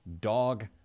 dog